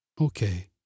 Okay